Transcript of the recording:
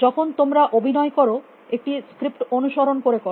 যখন তোমরা অভিনয় কর একটি স্ক্রিপ্ট অনুসরণ করে কর